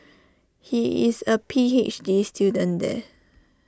he is A P H D student there